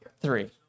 Three